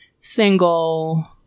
single